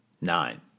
Nine